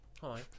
Hi